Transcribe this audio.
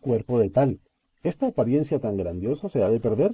cuerpo de tal esta apariencia tan grandiosa se ha de perder